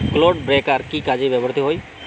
Clod breaker কি কাজে ব্যবহৃত হয়?